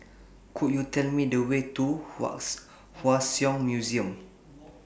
Could YOU Tell Me The Way to Hua Song Museum